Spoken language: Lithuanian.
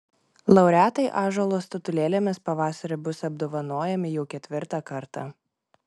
laureatai ąžuolo statulėlėmis pavasarį bus apdovanojami jau ketvirtą kartą